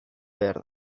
behar